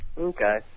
Okay